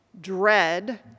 dread